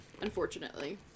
unfortunately